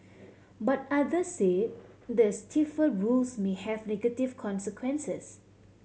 but others say the stiffer rules may have negative consequences